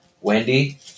Wendy